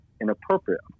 inappropriate